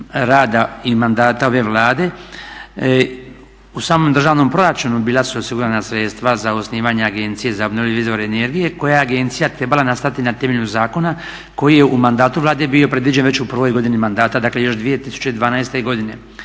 rada i mandata ove Vlade u samom državnom proračunu bila su osigurana sredstva za osnivanje Agencije za obnovljive izvore energije koja agencija je trebala nastati na temelju zakona koji je u mandatu Vlade bio predviđen već u prvoj godini mandata, dakle još 2012. godine.